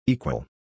Equal